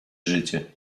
życie